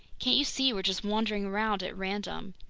can't you see we're just wandering around at random?